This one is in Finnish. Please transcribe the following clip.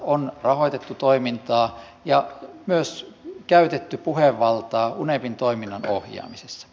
on rahoitettu toimintaa ja myös käytetty puhevaltaa unepin toiminnan ohjaamisessa